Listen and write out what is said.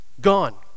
gone